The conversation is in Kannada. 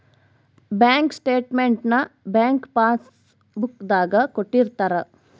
ಬ್ಯಾಂಕ್ ಸ್ಟೇಟ್ಮೆಂಟ್ ನ ಬ್ಯಾಂಕ್ ಪಾಸ್ ಬುಕ್ ದಾಗ ಕೊಟ್ಟಿರ್ತಾರ